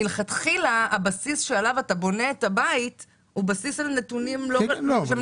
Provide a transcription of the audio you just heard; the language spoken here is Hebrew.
מלכתחילה הבסיס שעליו אתה בונה את הבית הוא בסיס של נתונים שהם